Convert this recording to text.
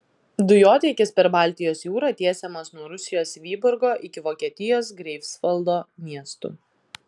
dujotiekis per baltijos jūrą tiesiamas nuo rusijos vyborgo iki vokietijos greifsvaldo miestų